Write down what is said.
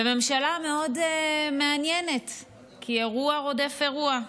ממשלה מאוד מעניינת כי אירוע רודף אירוע.